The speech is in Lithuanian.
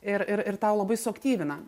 ir ir ir tau labai suaktyvina